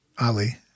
Ali